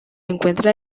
encuentra